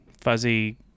fuzzy